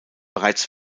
bereits